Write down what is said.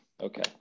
Okay